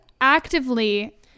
actively